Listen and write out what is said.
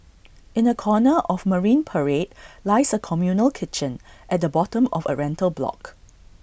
in A corner of marine parade lies A communal kitchen at the bottom of A rental block